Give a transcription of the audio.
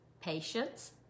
patience